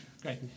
great